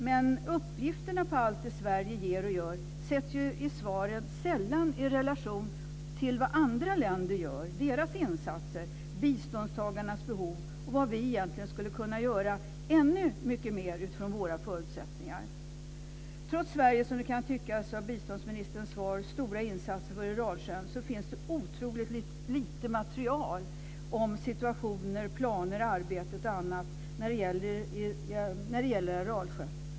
Men uppgifterna om allt det Sverige ger och gör sätts i svaren sällan i relation till vad andra länder gör - deras insatser - och biståndstagarnas behov. Vi skulle egentligen kunna göra ännu mycket mer utifrån våra förutsättningar. Trots Sveriges, som det kan tyckas av biståndsministerns svar, stora insatser för Aralsjön finns det otroligt lite material om situationer, planer, arbete och annat när det gäller Aralsjön.